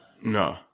No